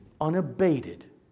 unabated